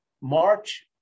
March